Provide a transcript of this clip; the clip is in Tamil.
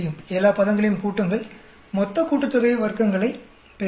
எல்லா பதங்களையும் கூட்டுங்கள் மொத்த கூட்டுத்தொகை வர்க்கங்களைப் பெறுவேன்